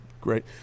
Great